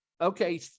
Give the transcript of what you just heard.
Okay